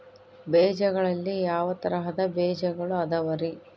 ಬೇಜಗಳಲ್ಲಿ ಯಾವ ತರಹದ ಬೇಜಗಳು ಅದವರಿ?